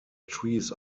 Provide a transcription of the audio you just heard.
trees